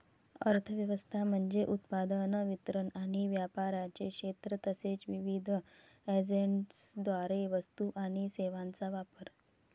अर्थ व्यवस्था म्हणजे उत्पादन, वितरण आणि व्यापाराचे क्षेत्र तसेच विविध एजंट्सद्वारे वस्तू आणि सेवांचा वापर